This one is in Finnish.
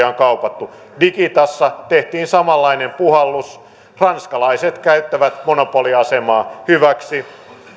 on kaupattu digitassa tehtiin samanlainen puhallus ranskalaiset käyttävät monopoliasemaa hyväksi